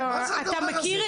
אתה מכיר,